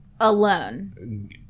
Alone